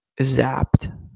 zapped